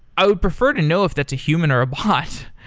i would prefer to know if that's a human, or a bot.